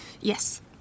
Yes